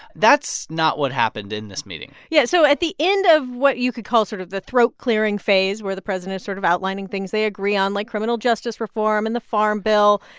that's not what happened in this meeting yeah. so at the end of what you could call sort of the throat-clearing phase, where the president's sort of outlining things they agree on, like criminal justice reform and the farm bill,